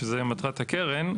שזו מטרת הקרן.